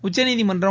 உச்சநீதிமன்றம்